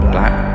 Black